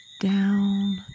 Down